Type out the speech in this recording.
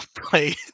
play